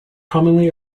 commonly